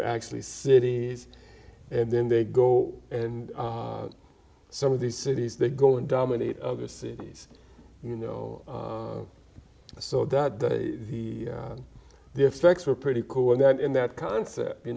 are actually cities and then they go and some of these cities they go and dominate other cities you know so that the on the effects are pretty cool and then in that concert you